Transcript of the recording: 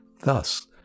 Thus